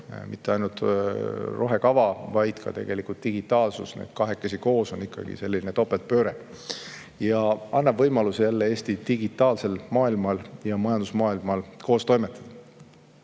mitte ainult rohekava, vaid ka tegelikult digitaalsus, need kahekesi koos on ikkagi selline topeltpööre. See annab võimaluse jälle Eesti digitaalsel maailmal ja majandusmaailmal koos toimetada.